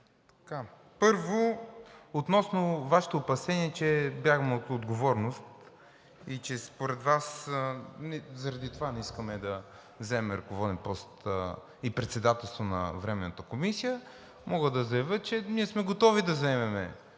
Първо, относно Вашето опасение, че бягаме от отговорност и че според Вас заради това не искаме да заемем ръководен пост и председателство на Временната комисия, мога да заявя, че ние сме готови да заемем